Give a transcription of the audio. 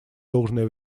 должное